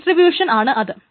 distribution ആണ് അത്